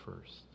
first